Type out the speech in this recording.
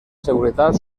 seguretat